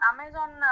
Amazon